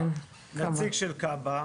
נציג של כב"ה,